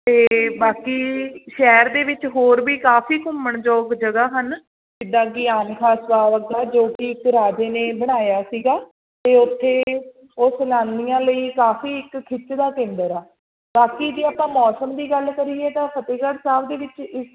ਅਤੇ ਬਾਕੀ ਸ਼ਹਿਰ ਦੇ ਵਿੱਚ ਹੋਰ ਵੀ ਕਾਫੀ ਘੁੰਮਣ ਯੋਗ ਜਗ੍ਹਾ ਹਨ ਜਿੱਦਾਂ ਕਿ ਆਮ ਖਾਸ ਬਾਗ ਆ ਜੋ ਕਿ ਇੱਕ ਰਾਜੇ ਨੇ ਬਣਾਇਆ ਸੀਗਾ ਅਤੇ ਉੱਥੇ ਉਹ ਸੈਲਾਨੀਆਂ ਲਈ ਕਾਫੀ ਇੱਕ ਖਿੱਚ ਦਾ ਕੇਂਦਰ ਆ ਬਾਕੀ ਜੇ ਆਪਾਂ ਮੌਸਮ ਦੀ ਗੱਲ ਕਰੀਏ ਤਾਂ ਫਤਿਹਗੜ੍ਹ ਸਾਹਿਬ ਦੇ ਵਿੱਚ ਇਸ